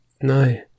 No